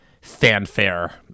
fanfare